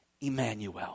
Emmanuel